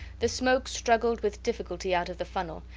the smoke struggled with difficulty out of the funnel,